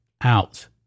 out